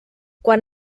quan